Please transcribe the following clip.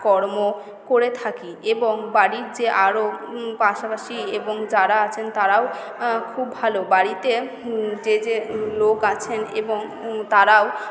কর্ম করে থাকি এবং বাড়ির যে আরও উম পাশাপাশি এবং যারা আছেন তাঁরাও আ খুব ভালো বাড়িতে যে যে লোক আছেন এবং তাঁরাও